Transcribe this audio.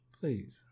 please